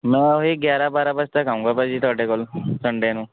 ਮੈਂ ਉਹੀ ਗਿਆਰ੍ਹਾਂ ਬਾਰ੍ਹਾਂ ਵਜੇ ਤੱਕ ਆਊਂਗਾ ਭਾਅ ਜੀ ਤੁਹਾਡੇ ਕੋਲ ਸੰਡੇ ਨੂੰ